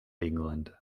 england